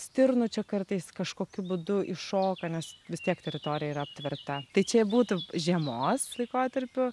stirnų čia kartais kažkokiu būdu įšoka nes vis tiek teritorija yra aptverta tai čia būtų žiemos laikotarpiu